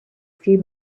few